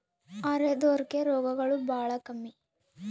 ಅರೆದೋರ್ ಗೆ ರೋಗಗಳು ಬಾಳ ಕಮ್ಮಿ